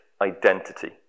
identity